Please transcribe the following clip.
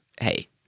hey